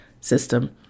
system